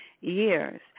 years